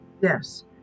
Yes